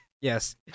Yes